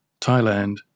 Thailand